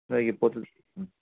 ꯅꯣꯏꯒꯤ ꯄꯣꯠꯇꯨ ꯎꯝ